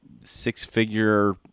six-figure